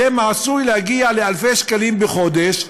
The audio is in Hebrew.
זה עשוי להגיע לאלפי שקלים בחודש,